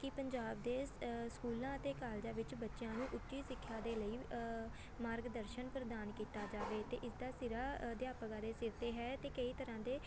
ਕਿ ਪੰਜਾਬ ਦੇ ਸਕੂਲਾਂ ਅਤੇ ਕਾਲਜਾਂ ਵਿੱਚ ਬੱਚਿਆਂ ਨੂੰ ਉੱਚੀ ਸਿੱਖਿਆ ਦੇ ਲਈ ਮਾਰਗਦਰਸ਼ਨ ਪ੍ਰਦਾਨ ਕੀਤਾ ਜਾਵੇ ਅਤੇ ਇਸ ਦਾ ਸਿਰਾ ਅਧਿਆਪਕਾਂ ਦੇ ਸਿਰ 'ਤੇ ਹੈ ਅਤੇ ਕਈ ਤਰ੍ਹਾਂ ਦੇ